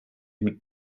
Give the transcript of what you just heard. mit